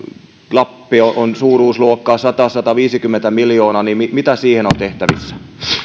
lappi on on suuruusluokkaa sata viiva sataviisikymmentä miljoonaa mitä siinä on tehtävissä